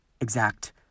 exact